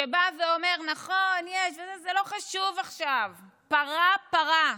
שבא ואומר: נכון, יש, זה לא חשוב עכשיו, פרה-פרה,